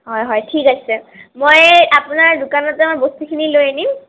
হয় হয় ঠিক আছে মই আপোনাৰ দোকানতে মই বস্তুখিনি লৈ আনিম